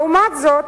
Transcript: לעומת זאת,